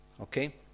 Okay